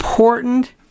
important